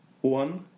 one